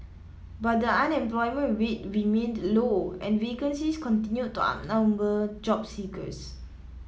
but the unemployment rate remained low and vacancies continued to outnumber job seekers